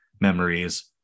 Memories